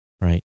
Right